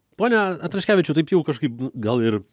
pone atraškevičiau taip jau kažkaip gal ir